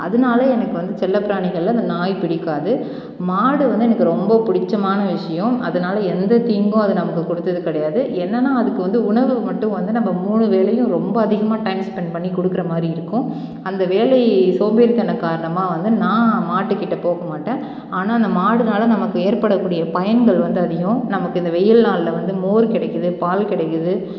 அதனால எனக்கு வந்து செல்லப்பிராணிகளில் அந்த நாய் பிடிக்காது மாடு வந்து எனக்கு ரொம்ப பிடித்தமான விஷயம் அதனால் எந்த தீங்கும் அது நம்மளுக்கு கொடுத்தது கிடையாது என்னென்னா அதுக்கு வந்து உணவு மட்டும் வந்து நம்ம மூணு வேளையும் ரொம்ப அதிகமாக டைம் ஸ்பெண்ட் பண்ணி கொடுக்குற மாதிரி இருக்கும் அந்த வேலையை சோம்பேறித்தனம் காரணமாக வந்து நான் மாட்டுக்கிட்டே போகமாட்டேன் ஆனால் அந்த மாடுனால் நமக்கு ஏற்படக்கூடிய பயன்கள் வந்து அதிகம் நமக்கு இந்த வெயில் நாளில் வந்து மோர் கிடைக்குது பால் கிடைக்குது